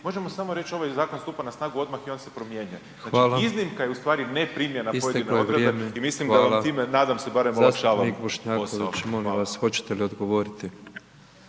možemo samo reći ovaj zakon stupa na snagu odmah i on se primjenjuje, znači iznimka je ustvari neprimjena pojedine odredbe i mislimo da nadam se barem olakšavamo posao, hvala.